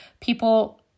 people